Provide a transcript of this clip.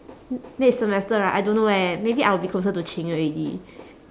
n~ next semester right I don't know eh maybe I will be closer to ching already